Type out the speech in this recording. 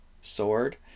sword